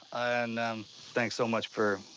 and thanks so much for